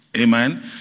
Amen